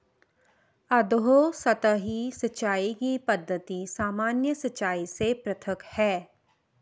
अधोसतही सिंचाई की पद्धति सामान्य सिंचाई से पृथक है